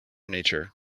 nature